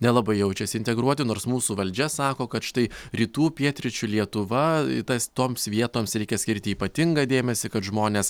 nelabai jaučias integruoti nors mūsų valdžia sako kad štai rytų pietryčių lietuva tas toms vietoms reikia skirti ypatingą dėmesį kad žmonės